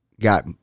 got